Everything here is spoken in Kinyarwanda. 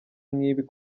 nkibi